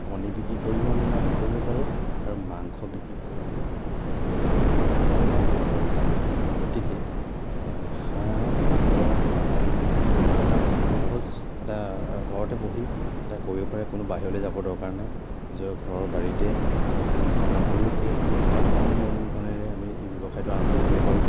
কণী বিক্ৰী কৰিও আমি লাভ কৰিব পাৰোঁ আৰু মাংস বিক্ৰী কৰিও আমি লাভ লাভৱান হ'ব পাৰোঁ গতিকে হাঁহ কুকুৰা পালনটো এটা সহজ এটা ঘৰতে বহি এটা কৰিব পাৰে কোনো বাহিৰলৈ যাব দৰকাৰ নাই নিজৰ ঘৰৰ বাৰীতে এখন সৰুকৈ বা কম মূলধনেৰে আমি এই ব্যৱসায়টো আৰম্ভ কৰিব পাৰোঁ